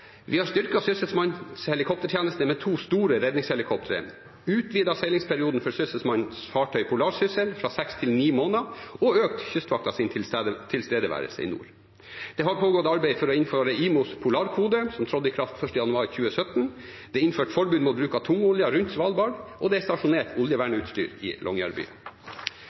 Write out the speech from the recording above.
Vi har styrket Sysselmannens helikoptertjeneste med to store redningshelikoptre, utvidet seilingsperioden for Sysselmannens fartøy «Polarsyssel» fra seks til ni måneder og økt Kystvaktens tilstedeværelse i nord. Det har pågått et arbeid for å innføre den internasjonale skipsfartsorganisasjonen IMOs polarkode, som trådte i kraft 1. januar 2017, det er innført forbud mot bruk av tungolje rundt Svalbard, og det er stasjonert oljevernutstyr i